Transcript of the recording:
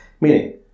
Meaning